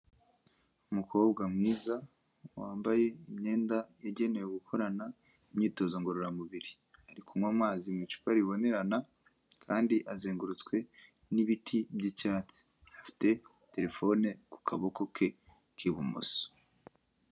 Umukobwa mwiza, wambaye imyenda yagenewe gukorana imyitozo ngororamubiri. Ari kunywa amazi mu icupa ribonerana kandi azengurutswe n'ibiti by'icyatsi. Afite terefone ku kaboko ke k'ibumoso.